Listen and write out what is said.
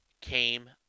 came